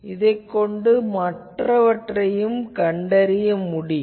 இதனைக் கொண்டு மற்றவற்றையும் கண்டறியலாம்